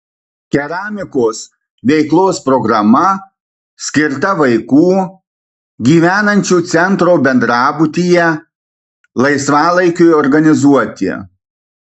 keramikos veiklos programa skirta vaikų gyvenančių centro bendrabutyje laisvalaikiui organizuoti